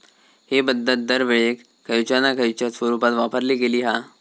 हि पध्दत दरवेळेक खयच्या ना खयच्या स्वरुपात वापरली गेली हा